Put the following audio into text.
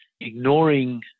ignoring